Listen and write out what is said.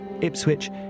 Ipswich